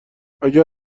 اگر